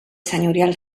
senyorial